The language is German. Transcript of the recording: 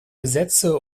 gesetze